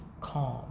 calm